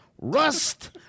rust